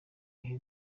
bihe